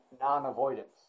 non-avoidance